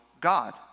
God